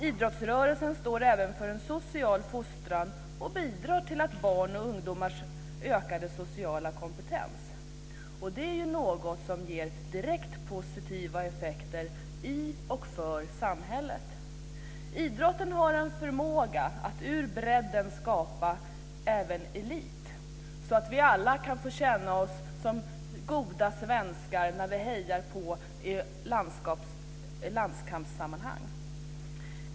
Idrottsrörelsen står även för en social fostran och bidrar till att barn och ungdomar får ökad social kompetens. Det är något som ger direkt positiva effekter i och för samhället. Idrotten har en förmåga att ur bredden skapa även elit, så att vi alla kan få känna oss som goda svenskar när vi hejar i landskampssammanhang.